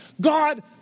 God